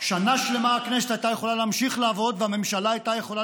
שנה שלמה הכנסת הייתה יכולה להמשיך לעבוד והממשלה הייתה יכולה